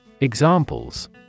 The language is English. Examples